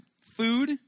food